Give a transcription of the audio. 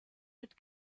mit